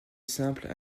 simple